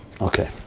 Okay